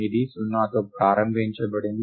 ఇది 0తో ప్రారంభించబడింది